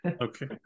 Okay